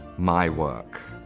my work